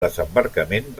desembarcament